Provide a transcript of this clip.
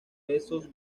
pesos